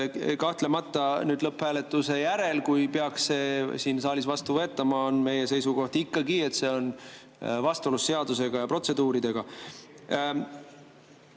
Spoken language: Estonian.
kahtlemata nüüd lõpphääletuse järel, kui peaks see siin saalis vastu võetama, on meie seisukoht ikkagi, et see on vastuolus seadusega ja protseduuri[reeglitega].